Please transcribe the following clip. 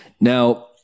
Now